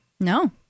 No